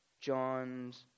John's